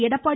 Edappadi